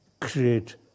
create